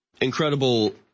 incredible